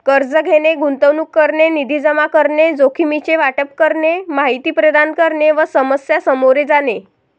कर्ज घेणे, गुंतवणूक करणे, निधी जमा करणे, जोखमीचे वाटप करणे, माहिती प्रदान करणे व समस्या सामोरे जाणे